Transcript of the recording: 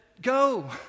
go